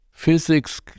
Physics